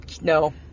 no